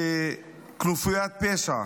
שכנופיית פשע